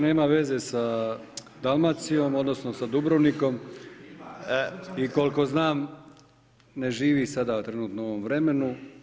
nema veze sa Dalmacijom odnosno sa Dubrovnikom i koliko znam ne živi sada trenutno u ovom vremenu.